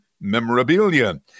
memorabilia